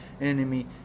enemy